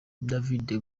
david